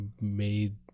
made